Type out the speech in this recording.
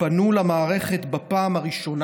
פנו למערכת בפעם הראשונה.